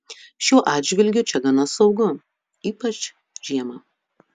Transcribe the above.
šiuo atžvilgiu čia gana saugu ypač žiemą